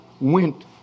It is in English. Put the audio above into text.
went